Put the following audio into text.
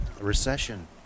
Recession